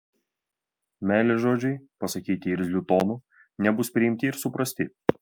meilės žodžiai pasakyti irzliu tonu nebus priimti ir suprasti